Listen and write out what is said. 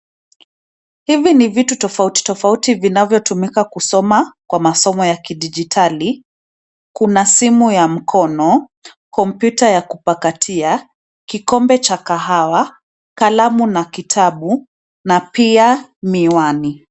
Hivi ni vitu tofauti tofauti vinavyotumika kusoma kwa masomo ya kidijitali. Kuna simu ya mkono, kompyuta ya kupakatia, kikombe cha kahawa, kalamu na kitabu na pia miwani.